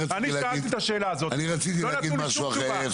אני שאלתי את השאלה ולא נתנו לי שום תשובה.